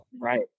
right